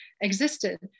existed